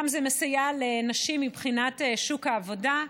זה גם מסייע לנשים מבחינת שוק העבודה.